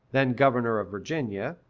then governor of virginia,